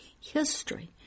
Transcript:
history